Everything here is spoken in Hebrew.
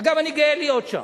אגב, אני גאה להיות שם.